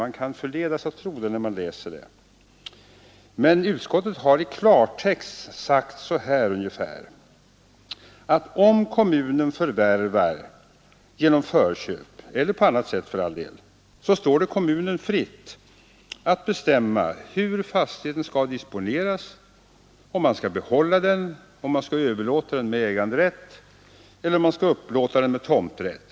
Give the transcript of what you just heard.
Man kan förledas att tro det när man läser betänkandet, men utskottet har i klartext sagt ungefär följande: Om kommunen genom förköp — eller på annat sätt för all del — förvärvar fastigheten står det kommunen fritt att bestämma hur fastigheten skall disponeras. Kommunen kan alltså avgöra om man skall behålla den, om man skall överlåta den med äganderätt eller om man skall upplåta den med tomträtt.